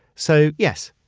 so yes,